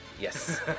Yes